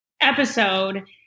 episode